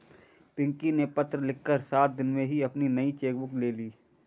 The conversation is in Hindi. पिंकी ने पत्र लिखकर सात दिन में ही अपनी नयी चेक बुक ले ली